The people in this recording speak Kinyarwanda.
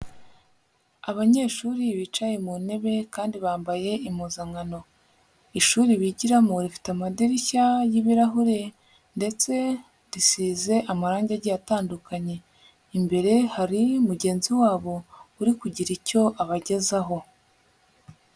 Abanyeshuri bicaye mu ntebe kandi bambaye impuzankano, ishuri bigiramo rifite amadirishya y'ibirahure ndetse risize amarange agiye atandukanye, imbere hari mugenzi wabo uri kugira icyo abagezaho.